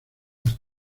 las